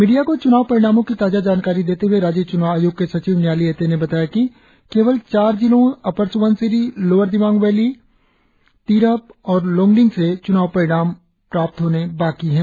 media को च्नाव परिणामों की ताजा जानकारी देते हूए राज्य चुनाव आयोग के सचिव न्याली एते ने बताया कि केवल चार जिलों upper Subansiri lower Dibang valley Tirap और लौंगडिंग से च्नाव परिणाम प्राप्त होने बाकी है